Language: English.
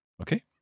Okay